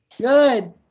Good